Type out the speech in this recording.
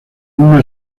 una